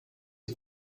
die